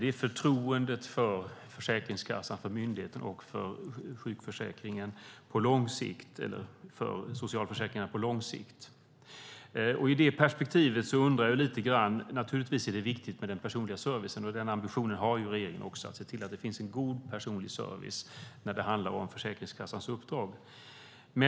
Det gäller förtroendet för myndigheten Försäkringskassan och för socialförsäkringarna på lång sikt. I detta perspektiv undrar jag lite grann. Naturligtvis är det viktigt med den personliga servicen, och regeringen har också ambitionen att se till att det finns en god personlig service när det handlar om Försäkringskassans uppdrag.